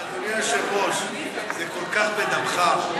אדוני היושב-ראש, זה כל כך בדמך.